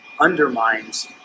undermines